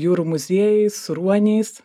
jūrų muziejuj su ruoniais